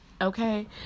okay